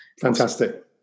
Fantastic